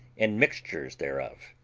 and mixtures thereof.